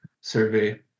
Survey